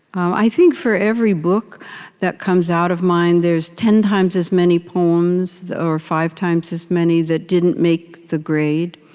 i think, for every book that comes out of mine, there's ten times as many poems, or five times as many, that didn't make the grade.